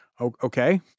Okay